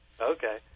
Okay